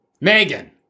Megan